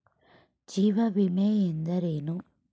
ಜೀವ ವಿಮೆ ಎಂದರೇನು?